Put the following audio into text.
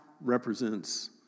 represents